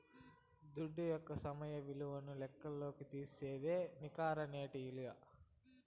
దుడ్డు యొక్క సమయ విలువను లెక్కల్లోకి తీసేదే నికర నేటి ఇలువ